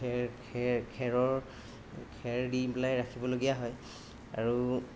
খেৰ খেৰ খেৰৰ খেৰ দি পেলাই ৰাখিবলগীয়া হয় আৰু